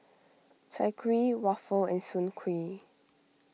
Chai Kuih Waffle and Soon Kuih